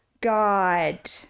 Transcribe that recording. god